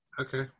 Okay